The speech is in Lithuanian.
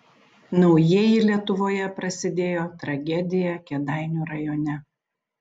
naujieji lietuvoje prasidėjo tragedija kėdainių rajone